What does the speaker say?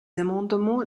amendements